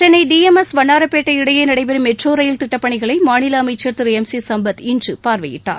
Chennai D M S Vannarapettai இடையே நடைபெறும் metro ரயில் திடடப் பணிகளை மாநில அமைச்சா் திரு எம் சி சம்பத் இன்று பார்வையிட்டார்